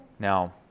Now